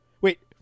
Wait